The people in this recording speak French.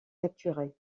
capturés